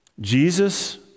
Jesus